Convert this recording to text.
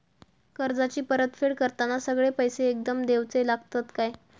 कर्जाची परत फेड करताना सगळे पैसे एकदम देवचे लागतत काय?